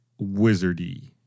wizardy